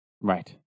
Right